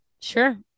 Sure